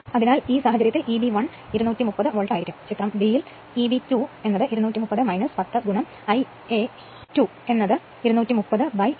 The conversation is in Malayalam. അതിനാൽ ആ സാഹചര്യത്തിൽ Eb 1 230 വോൾട്ട് ആയിരിക്കും ചിത്രം b ൽ നിന്ന് Eb 2 230 10 Ia 2 ആയിരിക്കും കാരണം 10 Ω പ്രതിരോധം ചേർത്തിരിക്കുന്നു